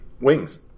wings